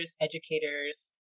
educators